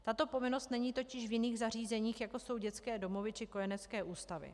Tato povinnost není totiž v jiných zařízeních, jako jsou dětské domovy či kojenecké ústavy.